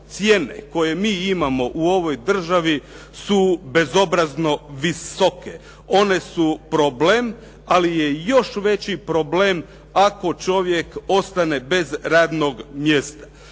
cijene koje mi imamo u ovoj državi su bezobrazno visoke, one su problem ali je još veći problem ako čovjek ostane bez radnog mjesta.